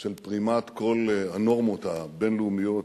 של פרימת כל הנורמות הבין-לאומיות,